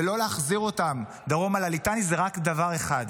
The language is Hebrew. ולא להחזיר אותם מדרום לליטני זה רק דבר אחד.